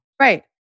Right